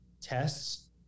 tests